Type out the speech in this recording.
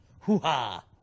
hoo-ha